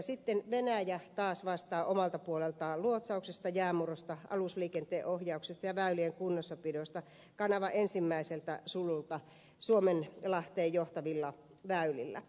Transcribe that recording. sitten venäjä taas vastaa omalta puoleltaan luotsauksesta jäänmurrosta alusliikenteen ohjauksesta ja väylien kunnossapidosta kanavan ensimmäiseltä sululta suomenlahteen johtavilla väylillä